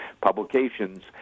publications